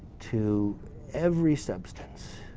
to every substance.